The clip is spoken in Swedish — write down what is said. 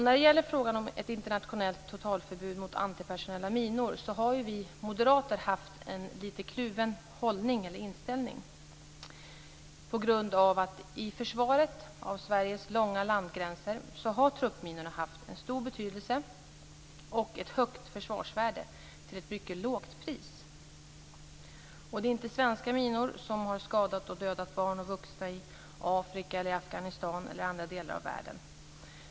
När det gäller frågan om ett internationellt totalförbud mot antipersonella minor har vi moderater haft en lite kluven inställning. I försvaret av Sveriges långa landgränser har truppminorna haft en stor betydelse och ett högt försvarsvärde till ett mycket lågt pris. Det är inte svenska minor som har skadat och dödat barn och vuxna i Afrika, Afghanistan eller andra delar av världen.